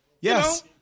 Yes